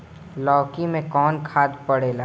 लौकी में कौन खाद पड़ेला?